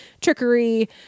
trickery